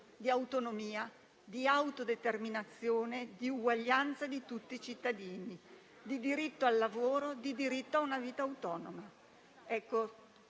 di autonomia, di autodeterminazione, di uguaglianza di tutti i cittadini, di diritto al lavoro, di diritto a una vita autonoma: